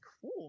cool